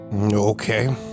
Okay